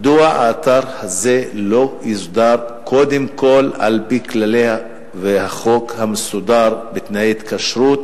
מדוע האתר הזה לא יוסדר קודם כול על-פי כללי החוק המסודר בתנאי התקשרות?